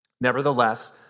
Nevertheless